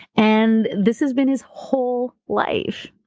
and this has been his whole life.